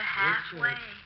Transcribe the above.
halfway